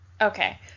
Okay